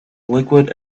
liquid